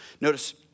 Notice